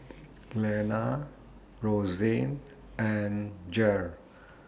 Glenna Rosanne and Jere